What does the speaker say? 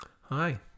hi